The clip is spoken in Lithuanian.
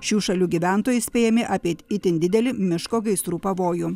šių šalių gyventojai įspėjami apie itin didelį miško gaisrų pavojų